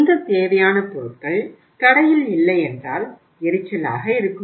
இந்த தேவையான பொருட்கள் கடையில் இல்லையென்றால் எரிச்சலாக இருக்கும்